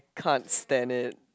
can't stand it